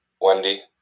Wendy